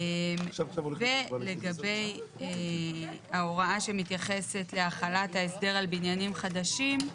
לגבי ההוראה שמתייחסת להחלת ההסדר על בניינים חדשים,